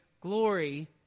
glory